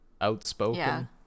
outspoken